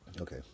okay